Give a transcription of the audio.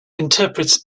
interprets